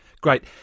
Great